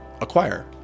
acquire